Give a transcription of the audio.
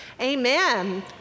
amen